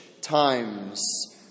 times